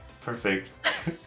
Perfect